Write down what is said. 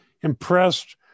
impressed